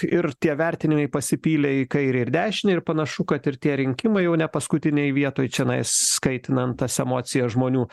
ir tie vertinimai pasipylė į kairę ir į dešinę ir panašu kad ir tie rinkimai jau ne paskutinėj vietoj čionais kaitinant tas emocijas žmonių